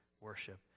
worship